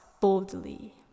boldly